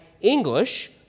English